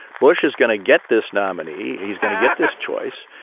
bush is going to get this nominee, he's going to get this choice.